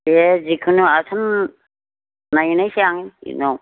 दे जिखुनु आसान नायहैनोसै आं बेनि उनाव